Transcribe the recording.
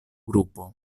grupo